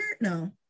no